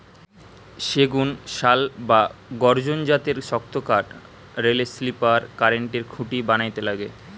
সেগুন, শাল বা গর্জন জাতের শক্তকাঠ রেলের স্লিপার, কারেন্টের খুঁটি বানাইতে লাগে